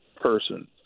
person